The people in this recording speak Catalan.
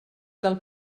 del